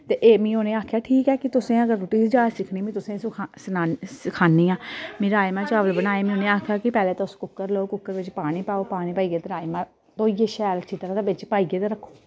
ते में आक्खेआ ठीक ऐ अगर तुसें रुट्टी दी जाच सिक्खनी ते में सखानी आं में राजमां चावल बनाये ते में उनेंगी आक्खेआ कि तुस पैह्लें कुकर लेई आओ ते कुकरै च पानी पाओ पानी पाइयै ते राजमां धोइयै ते शैल गेदा चिट्टा बिच पाइयै ते रक्खो